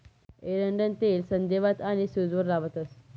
एरंडनं तेल संधीवात आनी सूजवर लावतंस